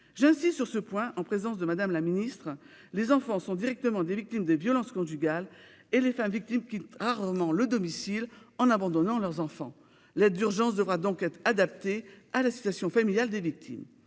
J'insiste sur ce point, en présence de Mme la ministre : les enfants sont directement victimes des violences conjugales, et les femmes victimes quittent rarement le domicile en abandonnant leurs enfants. L'aide d'urgence devra donc être adaptée à la situation familiale des victimes.